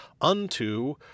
Unto